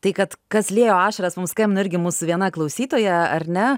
tai kad kas liejo ašaras mums skambino irgi mūsų viena klausytoja ar ne